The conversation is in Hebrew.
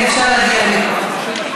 אפשר להגיע למיקרופון.